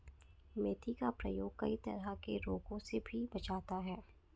मेथी का प्रयोग कई तरह के रोगों से भी बचाता है